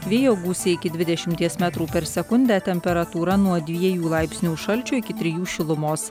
vėjo gūsiai iki dvidešimties metrų per sekundę temperatūra nuo dviejų laipsnių šalčio iki trijų šilumos